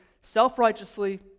self-righteously